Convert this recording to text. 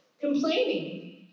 Complaining